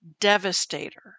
devastator